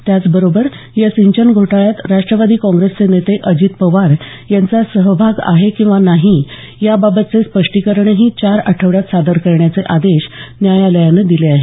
त्याचबरोबर या सिंचन घोटाळ्यात राष्ट्रवादी काँग्रेसचे नेते अजित पवार यांचा सहभाग आहे किंवा नाही याबाबतचे स्पष्टीकरणही चार आठवड्यात सादर करण्याचे आदेश न्यायालयानं दिले आहेत